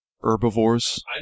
herbivores